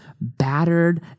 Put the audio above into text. battered